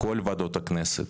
כל ועדות הכנסת,